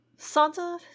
santa